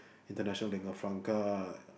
international lingua franca